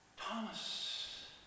Thomas